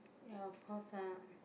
ya of course lah